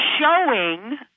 showing